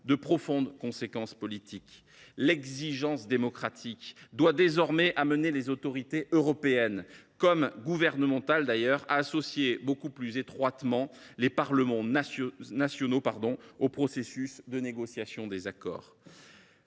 de profondes conséquences politiques. L’exigence démocratique doit désormais conduire les autorités européennes, comme les gouvernements d’ailleurs, à associer beaucoup plus étroitement les Parlements nationaux au processus de négociation des accords.